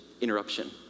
interruption